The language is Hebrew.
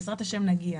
בעזרת השם נגיע,